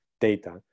data